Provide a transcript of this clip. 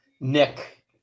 Nick